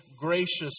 gracious